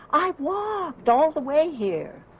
i walked all the way here.